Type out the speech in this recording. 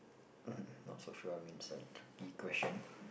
not not so sure I mean the question